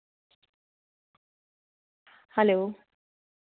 hello